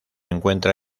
encuentra